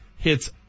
Hits